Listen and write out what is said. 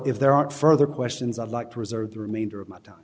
if there are further questions i'd like to reserve the remainder of my time